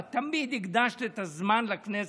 ואת תמיד הקדשת את הזמן לכנסת.